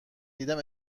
دیدم